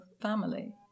family